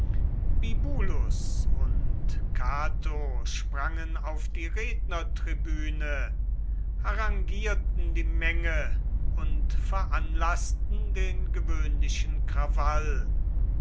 bibulus und cato sprangen auf die rednertribüne harangierten die menge und veranlaßten den gewöhnlichen krawall